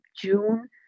June